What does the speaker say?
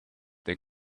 they